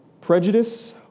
Prejudice